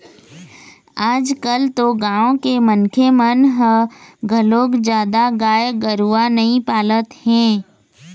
आजकाल तो गाँव के मनखे मन ह घलोक जादा गाय गरूवा नइ पालत हे